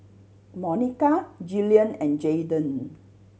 Monica Jillian and Jaydan